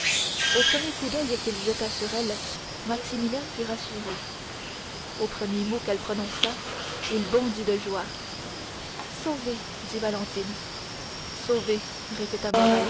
au premier coup d'oeil qu'il jeta sur elle maximilien fut rassuré au premier mot qu'elle prononça il bondit de joie sauvés dit valentine sauvés répéta